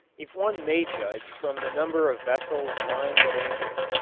if one may judge from the number of vessels lying at anchor.